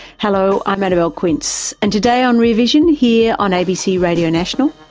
hello, i'm annabelle quince and today on rear vision here on abc radio national,